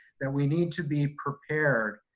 that we need to be prepared,